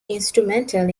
instrumental